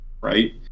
right